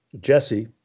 Jesse